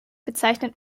bezeichnet